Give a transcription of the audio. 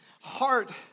heart